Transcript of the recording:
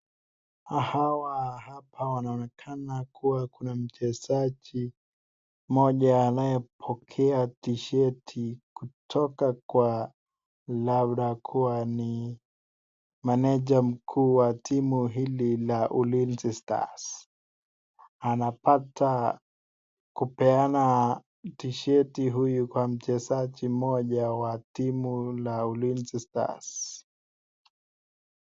Hawa hapa wanaonekana kuwa kuna mchezaji mmoja anayepokea tisheti kutoka kwa labda kuwa ni meneja mkuu wa timu hili la ulinzi stars anapata kupeana tisheti huyu kwa mchezaji mmoja wa timu la ulinzi stars.